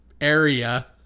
area